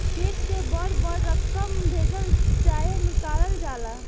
check से बड़ बड़ रकम भेजल चाहे निकालल जाला